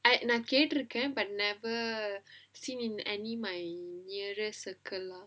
நான் கேட்ருக்கேன்:naan ketrukkaen but never seen in any my nearest circle lah